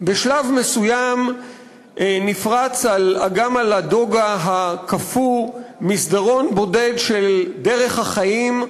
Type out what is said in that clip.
בשלב מסוים נפרץ על אגם לדוגה הקפוא מסדרון בודד של "דרך החיים",